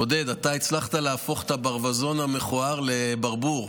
עודד, אתה הצלחת להפוך את הברווזון המכוער לברבור.